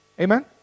Amen